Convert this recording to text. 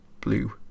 blue